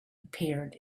appeared